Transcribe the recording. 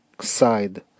side